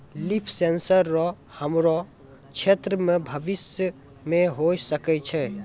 लिफ sensor रो हमरो क्षेत्र मे भविष्य मे होय सकै छै